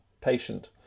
patient